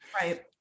Right